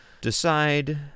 decide